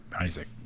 Isaac